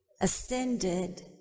ascended